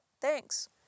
Thanks